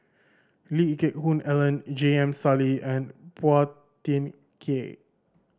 Lee Geck Hoon Ellen J M Sali and Phua Thin Kiay